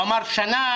הוא אמר שנה.